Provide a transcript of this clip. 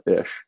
ish